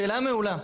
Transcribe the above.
שאלה מעולה.